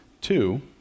Two